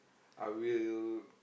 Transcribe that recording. I will